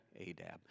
Adab